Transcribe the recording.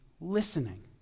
listening